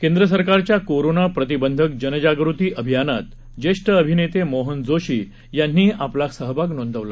केंद्र सरकारच्या कोरोना प्रतिबंधक जनजाग़ती अभिय़ानात जेष्ठ अभिनेते मोहन जोशी यांनीही आपला सहभाग नोंदवला